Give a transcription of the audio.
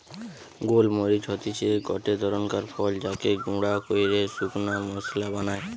গোল মরিচ হতিছে গটে ধরণকার ফল যাকে গুঁড়া কইরে শুকনা মশলা বানায়